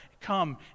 come